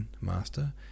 Master